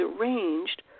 arranged